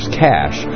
cash